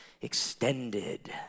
extended